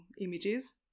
images